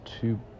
two